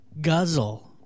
guzzle